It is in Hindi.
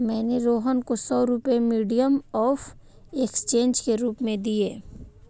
मैंने रोहन को सौ रुपए मीडियम ऑफ़ एक्सचेंज के रूप में दिए